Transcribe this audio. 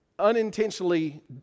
unintentionally